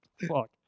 Fuck